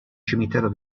cimitero